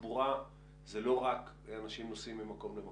תחבורה זה לא רק אנשים נוסעים ממקום למקום.